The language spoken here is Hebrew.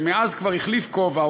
שמאז כבר החליף כובע,